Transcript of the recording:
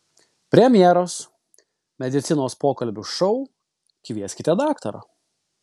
premjeros medicinos pokalbių šou kvieskite daktarą